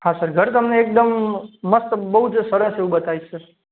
હા સર ઘર તમને એકદમ મસ્ત બહુ જ સરસ એવું બતાવીશ સર